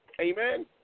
Amen